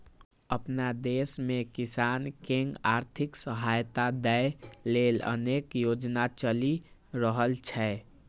अपना देश मे किसान कें आर्थिक सहायता दै लेल अनेक योजना चलि रहल छै